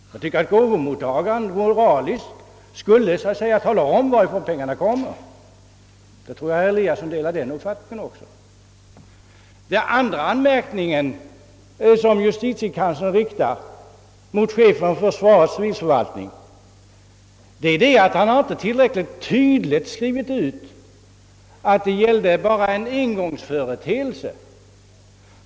Jag tycker att gåvomottagaren från moralisk synpunkt borde redovisa varifrån pengarna kommer. Jag tror att herr Eliasson delar denna uppfattning. Den andra anmärkning som justitiekanslern riktat mot chefen för försvarets civilförvaltning är att denna inte tillräckligt tydligt angivit, att det bara gällde en engångsföreteelse.